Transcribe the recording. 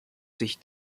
sich